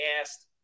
asked